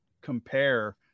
compare